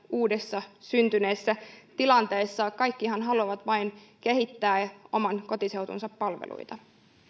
uudessa syntyneessä tilanteessa kaikkihan haluavat vain kehittää oman kotiseutunsa palveluita